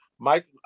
Mike